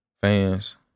fans